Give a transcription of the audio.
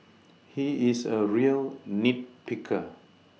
he is a real nit picker